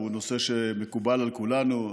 הוא נושא שמקובל על כולנו.